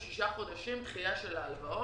שישה חודשים דחייה של ההלוואות,